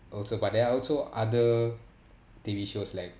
also but there are also other T_V shows like